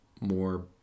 more